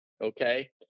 Okay